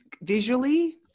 visually